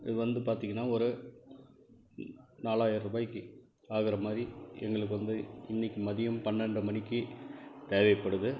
இது வந்து பார்த்திங்கனா ஒரு நாலாயிரம் ரூபாய்க்கு ஆகிற மாதிரி எங்களுக்கு வந்து இன்னிக்கு மதியம் பன்னெண்டுரை மணிக்கு தேவைப்படுது